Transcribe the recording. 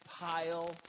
pile